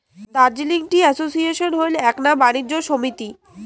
Darjeeling tea association হইল এ্যাকনা বাণিজ্য সমিতি